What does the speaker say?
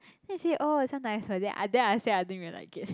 then he say oh this one nice what then I then I say I didn't really like it